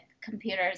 computers